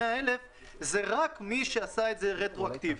ה-100,000 זה רק מי שעשה את רטרואקטיבית.